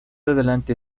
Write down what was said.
adelante